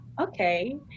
okay